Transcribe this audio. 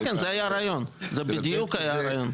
זה בדיוק הרעיון.